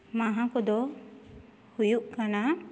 ᱢᱟᱦᱟ ᱠᱚᱫᱚ ᱦᱩᱭᱩᱜ ᱠᱟᱱᱟ